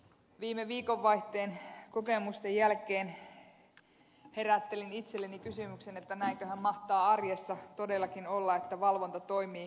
viime viikonvaihteen kokemusten jälkeen herättelin itselleni kysymyksen että näinköhän mahtaa arjessa todellakin olla että valvonta toimii